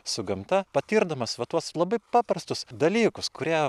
su gamta patirdamas va tuos labai paprastus dalykus kurie